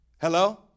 Hello